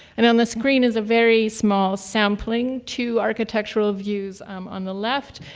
and on the screen is a very small sampling, two architectural views um on the left,